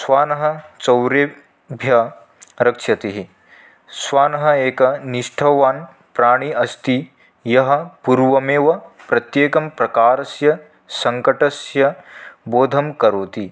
श्वानः चोरेभ्यः रक्षति श्वानः एकः निष्ठावान् प्राणी अस्ति यः पूर्वमेव प्रत्येकं प्रकारस्य सङ्कटस्य बोधं करोति